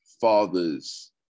fathers